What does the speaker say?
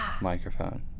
Microphone